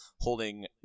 holding